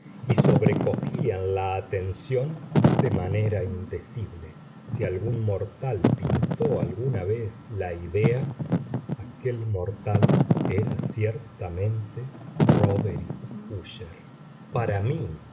y sobrecogían la atención de manera indecible si algún mortal pintó alguna vez la idea aquel mortal era ciertamente róderick úsher para mí